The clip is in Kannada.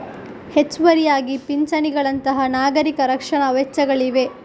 ಹೆಚ್ಚುವರಿಯಾಗಿ ಪಿಂಚಣಿಗಳಂತಹ ನಾಗರಿಕ ರಕ್ಷಣಾ ವೆಚ್ಚಗಳಿವೆ